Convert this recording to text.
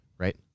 Right